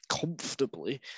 comfortably